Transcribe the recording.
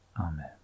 Amen